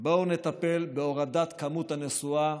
בואו נטפל בהורדת כמות הנסועה,